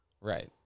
Right